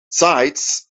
sides